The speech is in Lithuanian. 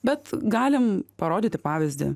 bet galim parodyti pavyzdį